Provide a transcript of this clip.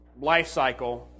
lifecycle